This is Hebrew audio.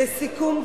לסיכום דברי,